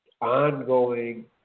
ongoing